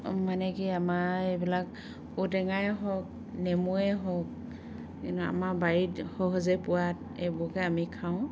মানে কি আমাৰ এইবিলাক ঔটেঙাই হওক নেমুৱেই হওক এনেও আমাৰ বাৰীত সহজে পোৱাত এইবোৰকে আমি খাওঁ